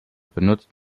benutzt